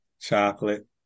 Chocolate